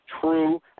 true